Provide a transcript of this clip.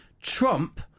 trump